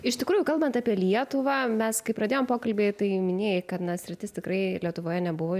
iš tikrųjų kalbant apie lietuvą mes kai pradėjom pokalbį tai minėjai kad na sritis tikrai lietuvoje nebuvo